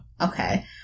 Okay